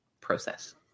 process